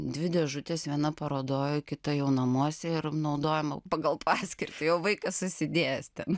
dvi dėžutės viena parodoj kita jau namuose naudojama pagal paskirtį jau vaikas susidėjęs ten